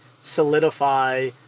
solidify